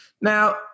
Now